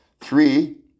Three